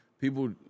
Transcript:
people